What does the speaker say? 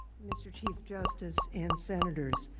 mr. chief justice and senators